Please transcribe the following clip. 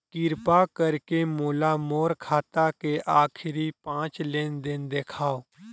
किरपा करके मोला मोर खाता के आखिरी पांच लेन देन देखाव